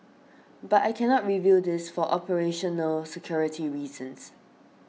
but I cannot reveal this for operational security reasons